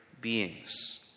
beings